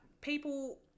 people